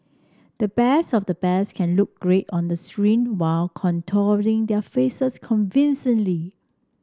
the best of the best can look great on the screen while contorting their faces convincingly